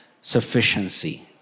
sufficiency